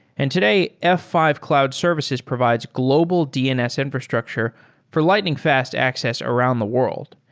and today, f five cloud services provides global dns infrastructure for lightning fast access around the world.